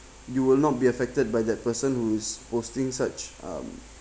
you will not be affected by that person who's posting such um